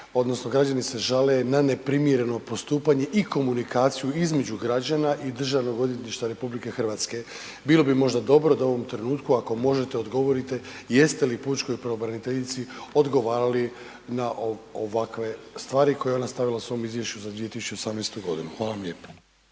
odnosno građane se žale na neprimjereno postupanje i komunikaciju između građama i Državnog odvjetništva RH. Bilo bi možda dobro da u ovom trenutku ako možete odgovorite, jeste li pučkoj pravobraniteljici odgovarali na ovakve stvari koje je ona stavila u svom izvješću za 2018. godinu? Hvala vam lijepo.